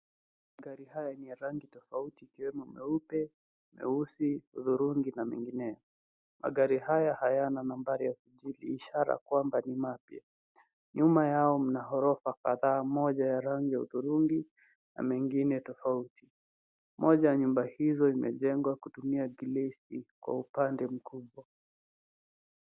Magari haya ni ya rangi tofauti ikiwemo meupe, meusi, hudhurungi na mengineyo. Magari haya hayana nambari ya usajili ishara kwamba ni mapya. Nyuma yao mna horofa kadhaa, moja ya rangi ya hudhurungi na mengine tofauti. Moja ya nyumba hizo imejengwa kutumia glesi kwa upande mkubwa.